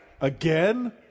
Again